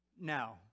Now